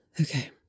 Okay